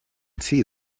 see